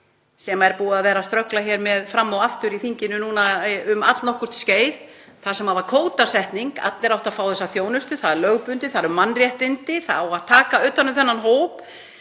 sem er búið að vera að ströggla hér með fram og aftur í þinginu um allnokkurt skeið þar sem var kvótasetning. Allir áttu að fá þessa þjónustu. Það er lögbundið. Það eru mannréttindi. Það á að taka utan um þennan hóp